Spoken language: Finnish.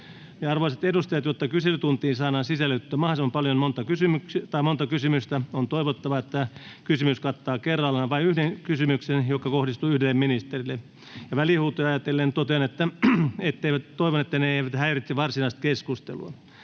arvoisat edustajat, jotta kyselytuntiin saadaan sisällytettyä mahdollisimman monta kysymystä, on toivottavaa, että kysymys kattaa kerrallaan vain yhden kysymyksen, joka kohdistuu yhdelle ministerille. Välihuutoja ajatellen totean, että toivon, että ne eivät häiritse varsinaista keskustelua.